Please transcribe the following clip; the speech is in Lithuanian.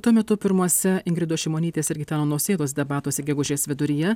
tuo metu pirmuose ingridos šimonytės ir gitano nausėdos debatuose gegužės viduryje